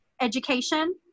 education